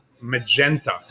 Magenta